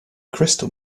crystal